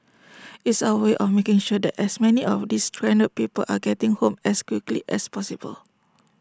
it's our way of making sure that as many of these stranded people are getting home as quickly as possible